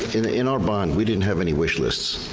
in in our bond, we didn't have any wish lists.